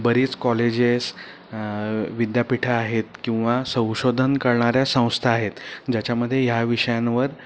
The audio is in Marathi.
बरीच कॉलेजेस विद्यापीठं आहेत किंवा संशोधन करणाऱ्या संस्था आहेत ज्याच्यामध्ये ह्या विषयांवर